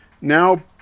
now